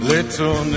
Little